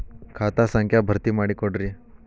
ಖಾತಾ ಸಂಖ್ಯಾ ಭರ್ತಿ ಮಾಡಿಕೊಡ್ರಿ